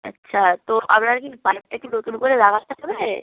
আচ্ছা আপনার কি পাইপটা কি নতুন করে লাগাতে হবে